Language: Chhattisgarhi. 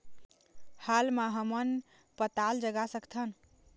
हाल मा हमन पताल जगा सकतहन?